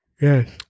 Yes